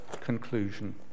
conclusion